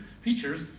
features